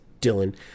Dylan